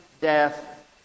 death